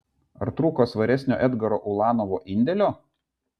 ar trūko svaresnio edgaro ulanovo indėlio